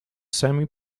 semi